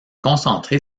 concentré